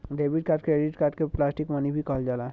debit card credit card के plastic money भी कहल जाला